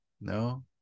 No